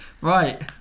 Right